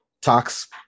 tax